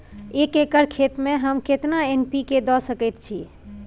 एक एकर खेत में हम केतना एन.पी.के द सकेत छी?